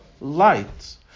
light